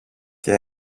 και